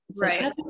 Right